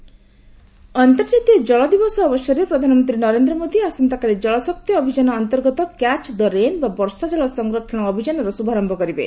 ଜଳଶକ୍ତି ଅଭିଯାନ ଅନ୍ତର୍ଜାତୀୟ ଜଳ ଦିବସ ଅବସରରେ ପ୍ରଧାନମନ୍ତ୍ରୀ ନରେନ୍ଦ୍ର ମୋଦୀ ଆସନ୍ତାକାଲି ଜଳ ଶକ୍ତି ଅଭିଯାନ ଅନ୍ତର୍ଗତ କ୍ୟାଚ୍ ଦ ରେନ୍ ବା ବର୍ଷାଜଳ ସଂରକ୍ଷଣ ଅଭିଯାନର ଶ୍ରଭାରମ୍ଭ କରିବେ